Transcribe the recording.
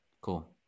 Cool